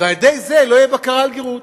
ועל-ידי זה לא תהיה בקרה על גרות.